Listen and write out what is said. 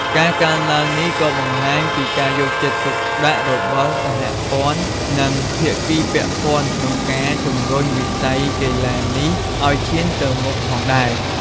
ការកើនឡើងនេះក៏បង្ហាញពីការយកចិត្តទុកដាក់របស់សហព័ន្ធ និងភាគីពាក់ព័ន្ធក្នុងការជំរុញវិស័យកីឡានេះឲ្យឈានទៅមុខផងដែរ។